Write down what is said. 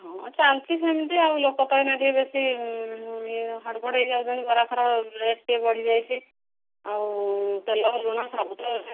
ହଁ ଚାଲିଛି ସେମିତି ଆଉ ଲୋକ ତ ଏନା ଟିକେ ବେଶୀ ହଡ଼ ବଡ଼ ହୋଇଯାଉଛନ୍ତି ବରାଫରା ରେଟ୍ ଟିକିଏ ବଢ଼ିଯାଇଛି ଆଉ ତେଲ ଲୁଣ ସବୁ ତ